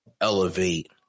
elevate